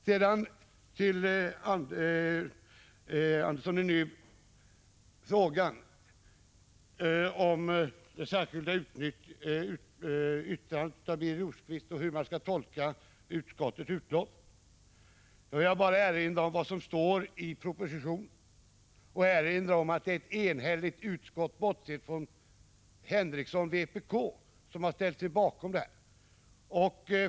Sedan till frågan om det särskilda yttrandet av Birger Rosqvist och hur man skall tolka utskottets betänkande. Jag vill då bara erinra om vad som står i propositionen — ett enhälligt utskott, bortsett från Henricsson, vpk, har ställt sig bakom det.